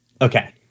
Okay